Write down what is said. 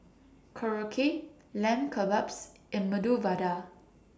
Korokke Lamb Kebabs and Medu Vada